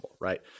right